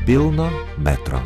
pilno metro